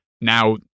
now